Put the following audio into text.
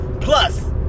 Plus